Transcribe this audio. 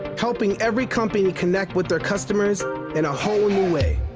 helping every company connect with their customers in a whole new way.